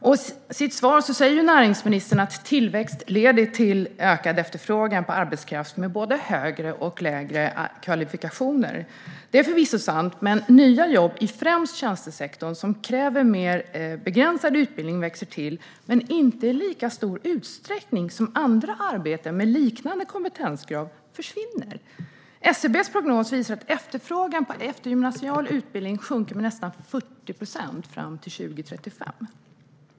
I sitt svar säger näringsministern att tillväxt leder till ökad efterfrågan på arbetskraft med både högre och lägre kvalifikationer. Det är förvisso sant. Nya jobb i främst tjänstesektorn som kräver mer begränsad utbildning växer till men inte i lika stor utsträckning som andra arbeten med liknande kompetenskrav försvinner. SCB:s prognos visar att efterfrågan på eftergymnasial utbildning sjunker med nästan 40 procent fram till 2035.